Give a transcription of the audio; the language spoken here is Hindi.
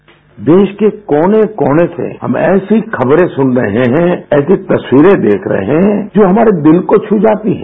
बाईट देश के कोने कोने से हम ऐसी खबरें सुन रहे हैं ऐसी तस्वीरें देख रहे हैं जो हमारे दिल को छू जाती हैं